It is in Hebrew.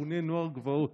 המכונה "נוער גבעות".